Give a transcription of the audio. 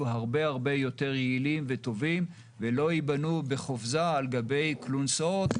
הרבה יותר יעילים וטובים ולא ייבנו בחופזה על גבי כלונסאות,